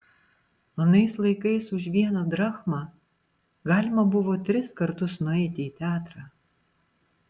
anais laikais už vieną drachmą galima buvo tris kartus nueiti į teatrą